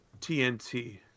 TNT